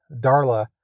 Darla